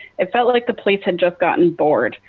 it felt like the police had just gotten bored.